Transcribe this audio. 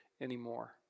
anymore